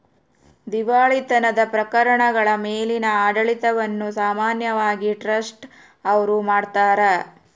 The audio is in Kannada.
ದಿವಾಳಿತನದ ಪ್ರಕರಣಗಳ ಮೇಲಿನ ಆಡಳಿತವನ್ನು ಸಾಮಾನ್ಯವಾಗಿ ಟ್ರಸ್ಟಿ ಅವ್ರು ಮಾಡ್ತಾರ